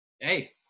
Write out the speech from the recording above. Hey